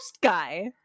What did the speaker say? guy